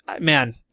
Man